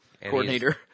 coordinator